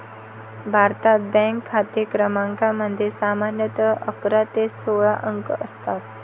भारतात, बँक खाते क्रमांकामध्ये सामान्यतः अकरा ते सोळा अंक असतात